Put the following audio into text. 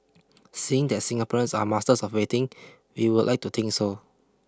seeing that Singaporeans are masters of waiting we would like to think so